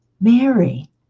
Mary